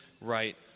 right